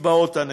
לקצבאות הנכים,